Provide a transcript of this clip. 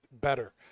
better